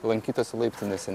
lankytose laiptinėse